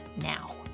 now